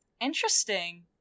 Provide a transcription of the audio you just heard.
Interesting